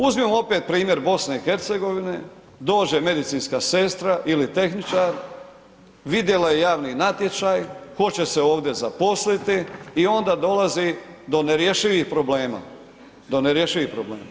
Uzmimo opet primjer BiH, dođe medicinska sestra ili tehničar, vidjela je javni natječaj, hoće se ovdje zaposliti i onda dolazi do nerješivih problema, do nerješivih problema.